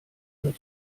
oder